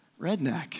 redneck